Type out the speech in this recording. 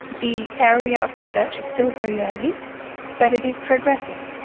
the area of research is still very early but it is progressing.